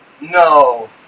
no